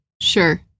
Sure